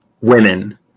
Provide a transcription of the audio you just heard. women